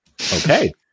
Okay